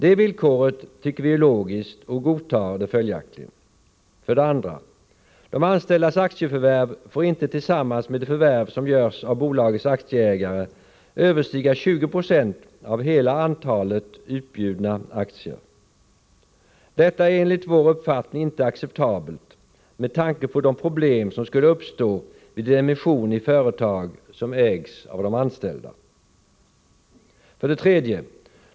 — Det villkoret tycker vi är logiskt, och vi godtar det följaktligen. 2. De anställdas aktieförvärv får inte tillsammans med de förvärv som görs av bolagets aktieägare överstiga 20 920 av hela antalet utbjudna aktier. — Detta är enligt vår uppfattning inte acceptabelt med tanke på de problem som skulle uppstå vid en emission i företag som ägs av de anställda. 3.